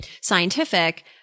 scientific